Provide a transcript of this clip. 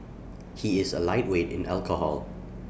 he is A lightweight in alcohol